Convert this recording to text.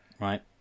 right